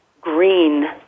green